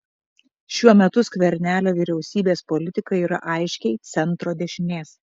šiuo metu skvernelio vyriausybės politika yra aiškiai centro dešinės